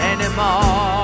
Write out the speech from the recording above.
Anymore